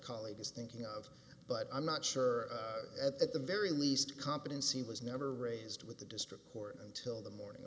colleague is thinking of but i'm not sure at the very least competency was never raised with the district court until the morning